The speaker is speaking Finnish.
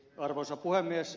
arvoisa puhemies